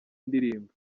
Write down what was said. ndirimbo